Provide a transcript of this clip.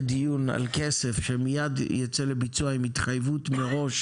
דיון על כסף שמיד יצא לביצוע עם התחייבות מראש